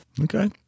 Okay